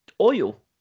oil